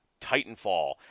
Titanfall